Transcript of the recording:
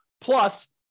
plus